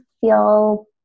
feel